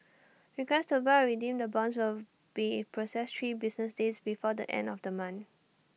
requests to buy or redeem the bonds will be processed three business days before the end of the month